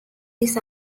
his